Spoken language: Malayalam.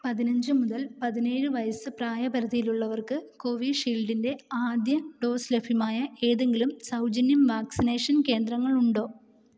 പതിനഞ്ച് മുതൽ പതിനേഴ് വയസ്സ് പ്രായപരിധിയിലുള്ളവർക്ക് കോവിഷീൽഡിൻ്റെ ആദ്യ ഡോസ് ലഭ്യമായ ഏതെങ്കിലും സൗജന്യം വാക്സിനേഷൻ കേന്ദ്രങ്ങൾ ഉണ്ടോ